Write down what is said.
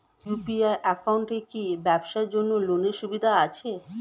UPI একাউন্টে কি ব্যবসার জন্য লোনের সুবিধা আছে?